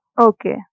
okay